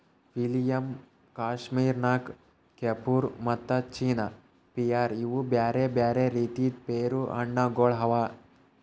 William, Kashmir Nakh, Kieffer ಮತ್ತ China pear ಇವು ಬ್ಯಾರೆ ಬ್ಯಾರೆ ರೀತಿದ್ ಪೇರು ಹಣ್ಣ ಗೊಳ್ ಅವಾ